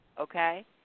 okay